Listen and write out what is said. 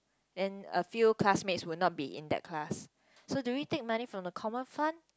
and a few classmates would not be in that class so do we take money from the common fund